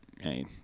Hey